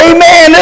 Amen